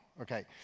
okay